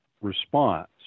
response